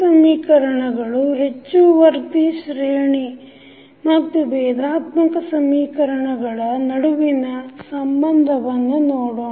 ಈಗ ಸ್ಥಿತಿ ಸಮೀಕರಣಗಳು ಹೆಚ್ಚುವರ್ತಿ ಶ್ರೇಣಿ ಮತ್ತು ಭೇದಾತ್ಮಕ ಸಮೀಕರಣಗಳ ನಡುವಿನ ಸಂಬಂಧವನ್ನು ನೋಡೋಣ